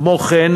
כמו כן,